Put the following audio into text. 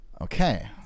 Okay